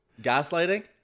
Gaslighting